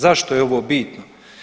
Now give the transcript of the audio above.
Zašto je ovo bitno?